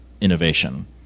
innovation